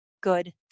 good